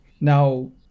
Now